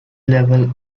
level